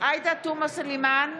עאידה תומא סלימאן,